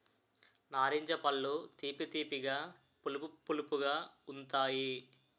నారింజ పళ్ళు తీపి తీపిగా పులుపు పులుపుగా ఉంతాయి